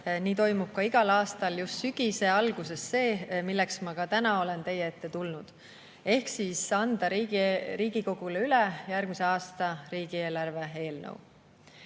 nii toimub igal aastal just sügise alguses see, milleks ma ka täna olen teie ette tulnud: et anda Riigikogule üle järgmise aasta riigieelarve eelnõu.